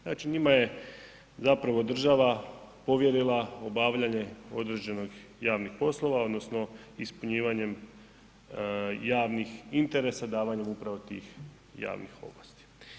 Znači njima je zapravo država povjerila obavljanje određenih javnih poslova odnosno ispunjivanjem javnih interesa davanjem upravo tih javnih ovlasti.